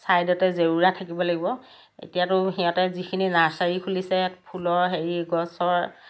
ছাইডতে জেওৰা থাকিব লাগিব এতিয়াতো সিহঁতে যিখিনি নাৰ্চাৰি খুলিছে ফুলৰ হেৰি গছৰ